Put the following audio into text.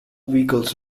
vehicles